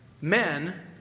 men